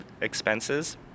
expenses